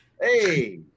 Hey